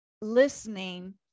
listening